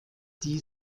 die